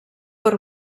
per